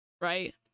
right